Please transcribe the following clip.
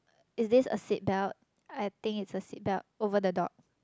is this a seat belt I think it's a seat belt over the dog